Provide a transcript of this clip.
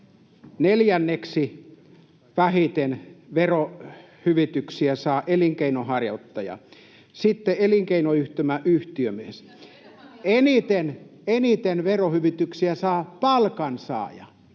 neljänneksi vähiten verohyvityksiä saa elinkeinonharjoittaja, sitten elinkeinoyhtymän yhtiömies. [Vasemmiston ryhmästä: Pitäiskö